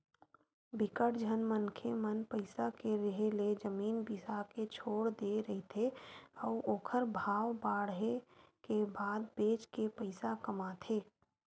बिकट झन मनखे मन पइसा के रेहे ले जमीन बिसा के छोड़ दे रहिथे अउ ओखर भाव बाड़हे के बाद बेच के पइसा कमाथे